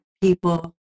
people